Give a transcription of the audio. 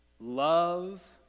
love